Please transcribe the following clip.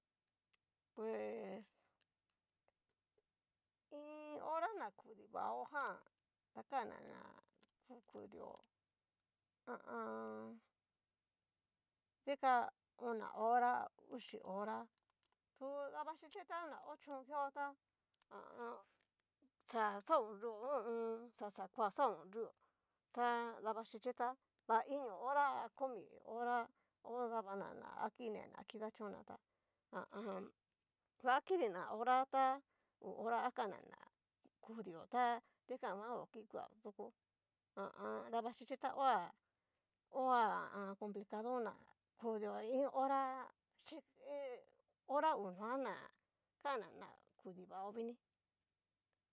Pues iin hora na kudi vao jan tá kana ná, na kudio ha a an. dika ona hora a uxi hora, tu dava xhichi ta na ho chón keo ta, ha a an. xa xaodrio ho o on. xa koa xaonrio, gta davaxhichi t a va iño hora a komi hora ho dabana ná akinena kidachon'na tá ha a an va a kidina hora ta ngu hora akan ná-na kudio ta dikan nguan o kikueo, doko ha a an. davaxhichi tá hoa hoa complicado ña kudio iin hora xhi'i hora nguan ná kana kudi vao vinií.